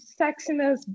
sexiness